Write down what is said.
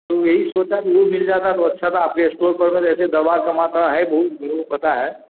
तो यही सोचा कि ये मिल जाता तो अच्छा था आपके इस्टोर पर ऐसे दवा समान तो है बहुत वो हमें पता है